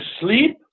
sleep